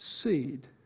seed